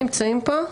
נמצאים פה?